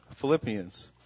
Philippians